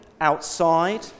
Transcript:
outside